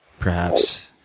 perhaps?